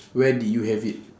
where did you have it